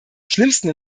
schlimmsten